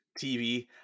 TV